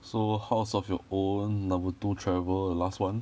so house of your own number two travel the last one